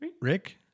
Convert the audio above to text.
rick